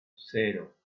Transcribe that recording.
cero